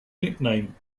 nickname